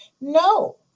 No